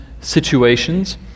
situations